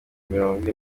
mirongo